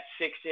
six